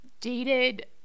dated